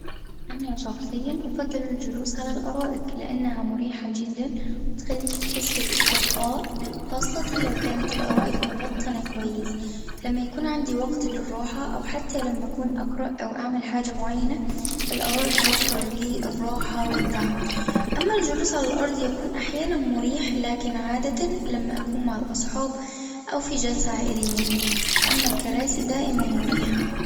انا شخصيا أفضل الجلوس على الأرائك لإنها مريحة جدًا بتخليك تحس بالاسترخاء خاصة لو كانت الأرائك مبطنة كويس لما يكون عندي وقت للراحة أو حتى لما أكون أقرأ أو أعمل حاجة معينة الأرائك توفر لي الراحة والدعم، أما الجلوس على الأرض يكون أحيانًا مريح لكن عادة لما أكون مع الأصحاب أو في جلسة عائلية، أما الكراسي دائمًا مريحة.